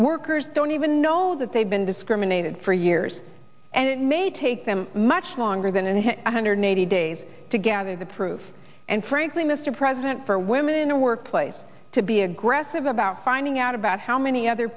workers don't even know that they've been discriminated for years and it may take them much longer than and one hundred eighty days to gather the proof and frankly mister president for women in the workplace to be aggressive about finding out about how many other